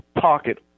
pocket